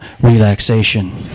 relaxation